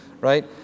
right